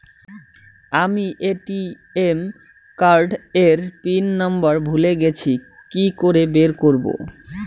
আমি ATM card এর PIN number ভুলে গেছি কি করে বের করব?